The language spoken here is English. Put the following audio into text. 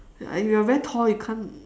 ya and you are very tall you can't